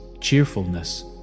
cheerfulness